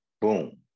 boom